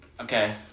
Okay